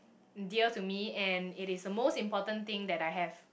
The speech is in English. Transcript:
dear to me and it is a most important thing that I have